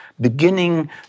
beginning